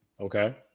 Okay